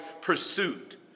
pursuit